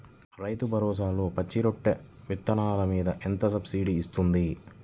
రైతు భరోసాలో పచ్చి రొట్టె విత్తనాలు మీద ఎంత సబ్సిడీ ఇస్తుంది?